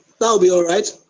ah be alright.